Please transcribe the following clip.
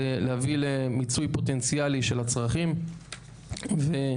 זה להביא למיצוי פוטנציאלי של הצרכים ולמיצוי